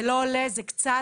זה לא עולה, זה קצת.